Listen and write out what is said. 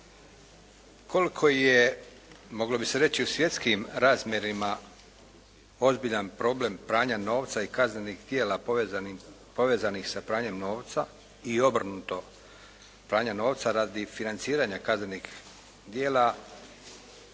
Koliko je, moglo bi se reći u svjetski razmjerima ozbiljan problem pranja novca i kaznenih djela povezanih sa pranjem novca i obrnuto, pranja novca radi financiranja kaznenih djela